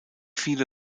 viele